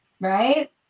Right